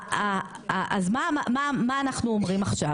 מה אנחנו אומרים עכשיו?